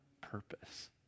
purpose